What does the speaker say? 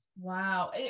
Wow